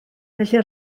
felly